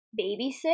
babysit